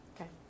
Okay